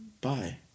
Bye